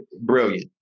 brilliant